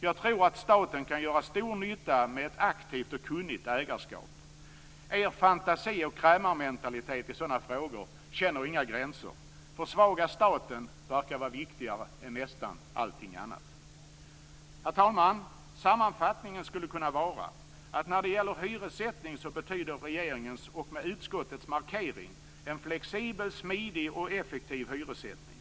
Jag tror att staten kan göra stor nytta med ett aktivt och kunnigt ägarskap. Er fantasi och krämarmentalitet i sådana frågor känner inga gränser. Försvaga staten verkar vara viktigare än nästan allting annat. Herr talman! Sammanfattningen skulle kunna vara att när det gäller hyressättning så betyder regeringens förslag med utskottets markering en flexibel, smidig och effektiv hyressättning.